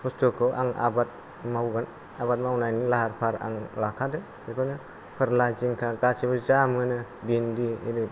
बुस्तुखौ आं आबाद मावगोन आबाद मावनायनि लाहार पाहार आं लाखादों बेखौनो फोरला जिंखा गासिबो जामोनो बिन्दि इरि